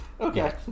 Okay